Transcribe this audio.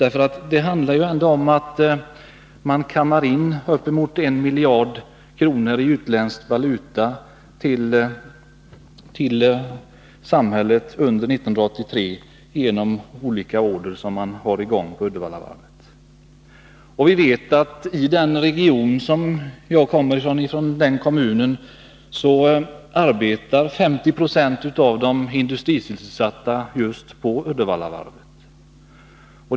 Det handlar ändå om att man under 1983 till samhället ”kammar hem” uppemot 1 miljard kronor i utländsk valuta genom de olika order som Uddevallavarvet arbetar med. Och vi vet att 50 96 av de industrisysselsatta i den kommun som jag kommer från arbetar just på Uddevallavarvet.